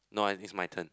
no is my turn